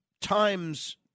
times